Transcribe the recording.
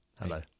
hello